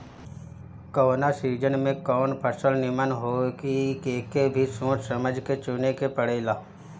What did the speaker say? कवना सीजन में कवन फसल निमन होई एके भी सोच समझ के चुने के पड़ेला